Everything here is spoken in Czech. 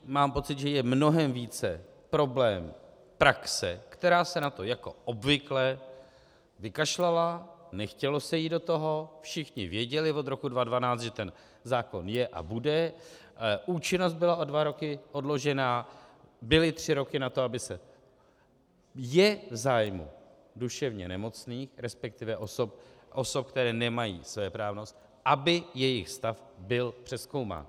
Mám pocit, že je mnohem více problémů praxe, která se na to jako obvykle vykašlala, nechtělo se jí do toho, všichni věděli od roku 2012, že ten zákon je a bude, účinnost byla od dva roky odložena, byly tři roky na to, aby je v zájmu duševně nemocných, resp. osob, které nemají svéprávnost, aby jejich stav byl přezkoumán.